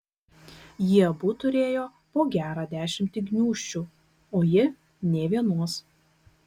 jie abu turėjo po gerą dešimtį gniūžčių o ji nė vienos